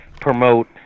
promote